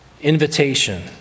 invitation